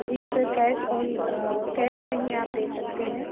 ji sir cash on cash में ही आप दे सकते हैं